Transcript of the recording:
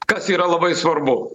kas yra labai svarbu